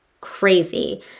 crazy